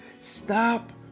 Stop